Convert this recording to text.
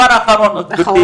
דבר אחרון, גברתי.